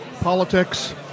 politics